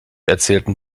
erzählten